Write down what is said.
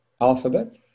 Alphabet